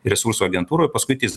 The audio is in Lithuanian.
resursų agentūroj paskuitės